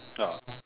ya